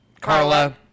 Carla